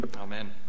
Amen